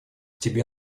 тебе